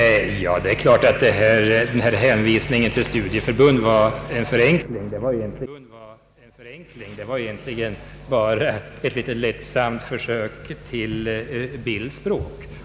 Det är klart att hänvisningen till studieförbund var en förenkling. Det var egentligen bara ett lättsamt försök att använda bildspråk.